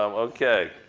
um okay,